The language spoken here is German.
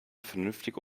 vernünftig